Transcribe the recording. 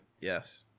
yes